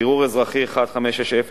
בערעור אזרחי 1560/90,